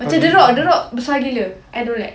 macam the rock the rock besar gila I don't like